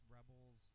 Rebels